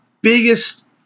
biggest